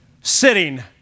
Sitting